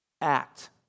act